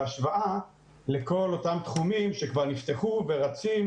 בהשוואה לכל אותם תחומים שכבר נפתחו ורצים,